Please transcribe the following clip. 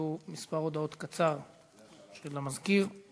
אחר כך יהיו כמה הודעות קצרות של המזכיר,